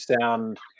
sound